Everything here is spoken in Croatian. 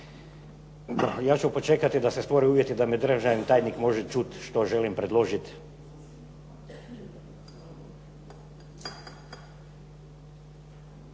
Ja ću počekati da se stvore uvjeti da me državni tajnik može čuti što želim predložiti.